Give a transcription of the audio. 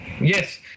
Yes